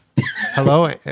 Hello